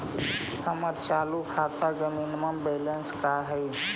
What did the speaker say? हमर चालू खाता के मिनिमम बैलेंस का हई?